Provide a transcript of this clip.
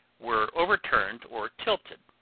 were overturned or tilted.